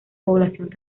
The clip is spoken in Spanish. población